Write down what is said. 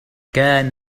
كان